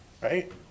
Right